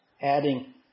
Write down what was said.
adding